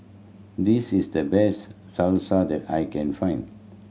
this is the best Salsa that I can find